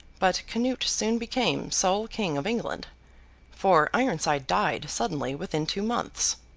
but canute soon became sole king of england for ironside died suddenly within two months.